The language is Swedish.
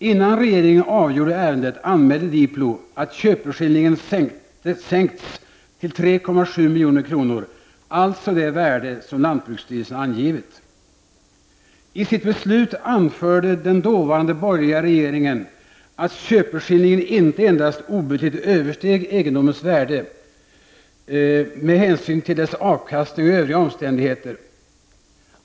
Innan regeringen avgjorde ärendet anmälde Diplo att köpeskillingen sänkts till 3,7 milj.kr., dvs. det värde som lantbruksstyrelsen angivit. I sitt beslut anförde den dåvarande borgerliga regeringen, att köpeskillingen inte endast obetydligt översteg egendomens värde med hänsyn till dess avkastning och övriga omständigheter.